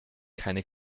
keine